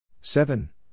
Seven